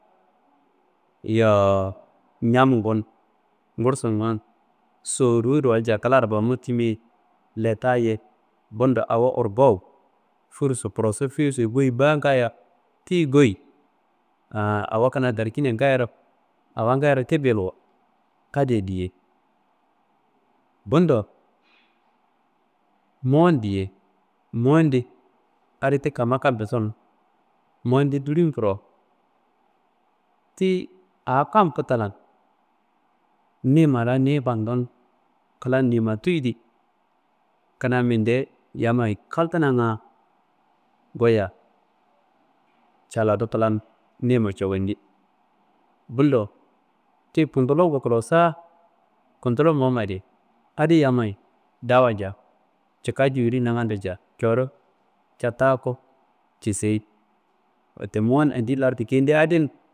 Yo ñamngu n, gursu n, soriyiro walca klanro bamu timi ye, leta ye, bundo awo orgowu kuroso, koroso, fiesoyi goyi baso ngayo tiyi goyi. Aa awo kuna darkina ngayiro, awa ngayiro ti bilwo, adiye diye bundo, mowon diye, mowo di adi ti kama kambe tunu, mowo di dilin koro, tiyi a kam futalan nima la niyi fandum kla nimati di kuna minde yammayi kaltananga goya caladu klan nima cawadi bundo, tiyi kundulo kolosan, kundulongu momma di adi yammayi dawanja cika giri nangado nja codu cataku ceseyi, wette mowon andiyi lardu kende adin